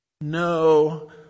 No